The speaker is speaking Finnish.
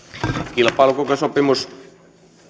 kilpailukykysopimus